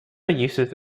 uses